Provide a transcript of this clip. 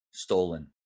Stolen